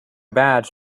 badge